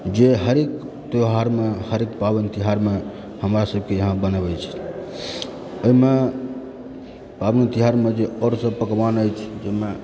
जे हरेक त्यौहारमे हरेक पाबनि तिहारमे हमरा सबके एहिठाम बनबय छै ओहिमे पाबनि तिहारमे जे आओर सब पकवान अछि जाहिमे